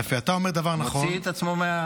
הוא מוציא את עצמו.